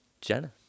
Jenna